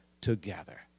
together